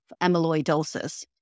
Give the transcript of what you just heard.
amyloidosis